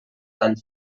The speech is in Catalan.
tall